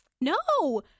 No